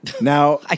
Now